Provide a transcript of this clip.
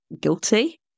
guilty